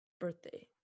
birthday